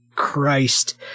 Christ